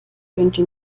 könnte